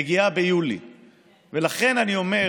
בעד פנינה תמנו,